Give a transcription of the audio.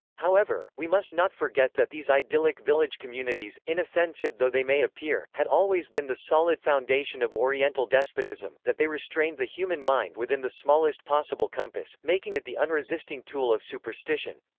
however, we must not forget that these idyllic village communities, inoffensive though they may appear, had always been the solid foundation of oriental despotism, that they restrained the human mind within the smallest possible compass, making it the unresisting tool of superstition.